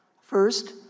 First